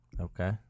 Okay